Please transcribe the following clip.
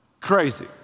Crazy